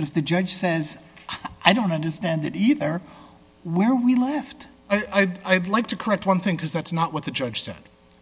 and if the judge says i don't understand that either where we left i'd i'd like to correct one thing because that's not what the judge said